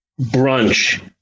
Brunch